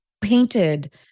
painted